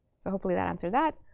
so hopefully that answered that.